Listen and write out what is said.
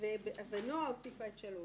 למועד התחילה.